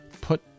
put